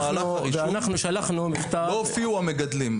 ואנחנו שלחנו מכתב --- אתמול במהלך הרישום לא הופיעו המגדלים.